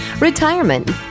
retirement